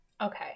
Okay